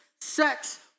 sex